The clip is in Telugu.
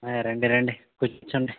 అయ్ రండి రండి కూర్చోండి